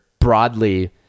broadly